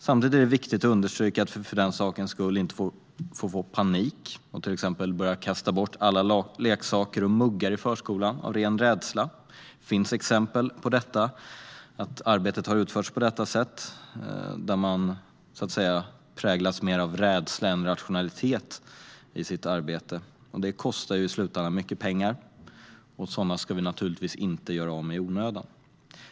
Samtidigt är det viktigt att understryka att man för den sakens skull inte ska få panik och till exempel börja kasta bort alla leksaker och muggar i förskolan av ren rädsla. Det finns nämligen exempel på att arbetet har utförts på detta sätt, att arbetet präglas mer av rädsla än av rationalitet. Det kostar i slutändan mycket pengar, och sådana ska vi naturligtvis inte göra av med i onödan.